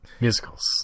Musicals